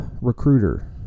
recruiter